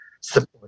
support